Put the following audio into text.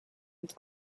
with